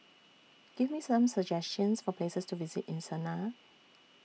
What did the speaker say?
Give Me Some suggestions For Places to visit in Sanaa